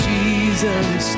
Jesus